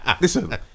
listen